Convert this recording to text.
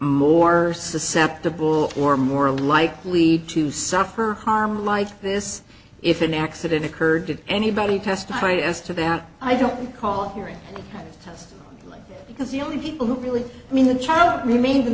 more susceptible or more likely to suffer harm like this if an accident occurred to anybody testify as to that i don't recall hearing because the only people who really i mean the child remained in